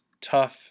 tough